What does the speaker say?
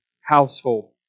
household